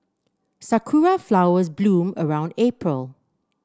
sakura flowers bloom around April